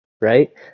right